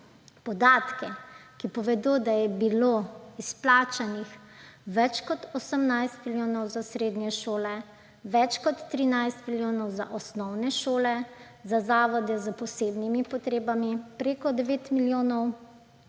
podatke, ki povedo, da je bilo izplačanih več kot 18 milijonov za srednje šole, več kot 13 milijonov za osnovne šole, za zavode za otroke s posebnimi potrebami, preko 9 milijonov